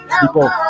People